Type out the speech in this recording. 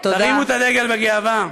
תרימו את הדגל בגאווה.